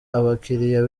abakiriya